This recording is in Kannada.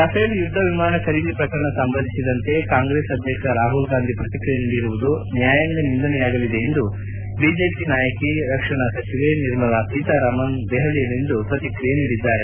ರಫೇಲ್ ಯುದ್ದ ವಿಮಾನ ಖರೀದಿ ಪ್ರಕರಣ ಸಂಬಂಧಿಸಿದಂತೆ ಕಾಂಗ್ರೆಸ್ ಅದ್ವಕ್ಷ ರಾಹುಲ್ಗಾಂಧಿ ಪ್ರಕ್ರಿಯೆ ನೀಡಿರುವುದು ನ್ಯಾಯಾಂಗ ನಿಂದನೆಯಾಗಲಿದೆ ಎಂದು ಬಿಜೆಪಿ ನಾಯಕಿ ರಕ್ಷಣಾ ಮಂತ್ರಿ ನಿರ್ಮಲಾ ಸೀತಾರಾಮನ್ ದೆಹಲಿಯಲ್ಲಿಂದು ಪ್ರತಿಕ್ರಿಯೆಸಿದ್ದಾರೆ